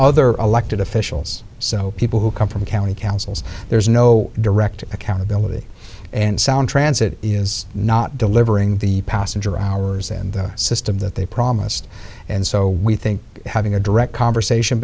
other elected officials so people who come from county councils there's no direct accountability and sound transit is not delivering the passenger hours in the system that they promised and so we think having a direct conversation